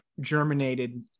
germinated